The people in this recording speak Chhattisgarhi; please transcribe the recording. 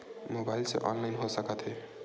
मोबाइल से ऑनलाइन हो सकत हे?